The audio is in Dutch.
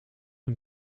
een